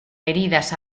heridas